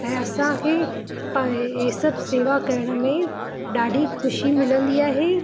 ऐं असांखे प इहे सभु शेवा करण में ॾाढी ख़ुशी मिलंदी आहे